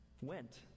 went